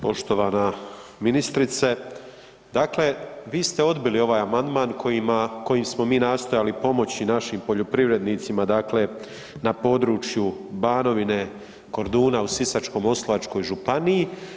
Poštovana ministrice, dakle vi ste odbili ovaj amandman kojima, kojim smo mi nastojali pomoći našim poljoprivrednicima, dakle na području Banovine i Korduna u Sisačko-moslavačkoj županiji.